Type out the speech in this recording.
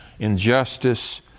injustice